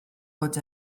fod